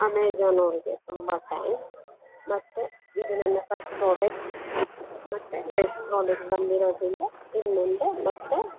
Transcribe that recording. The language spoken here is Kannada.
ಅಮೇಝಾನ್ ಅವ್ರಿಗೆ ತುಂಬಾ ತ್ಯಾಂಕ್ಸ್ ಮತ್ತೆ ಇದು ನನ್ನ ಫಸ್ಟ್ ಪ್ರಾಡಕ್ಟ್ ಮತ್ತು ಬೆಸ್ಟ್ ಪ್ರಾಡಕ್ಟ್ ಬಂದಿರೋದ್ರಿಂದ ಇನ್ಮುಂದೆ ಮತ್ತೆ